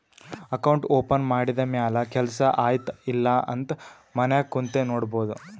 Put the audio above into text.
account open ಮಾಡಿದ ಮ್ಯಾಲ ಕೆಲ್ಸಾ ಆಯ್ತ ಇಲ್ಲ ಅಂತ ಮನ್ಯಾಗ್ ಕುಂತೆ ನೋಡ್ಬೋದ್